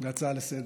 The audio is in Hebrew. להצעה לסדר-היום: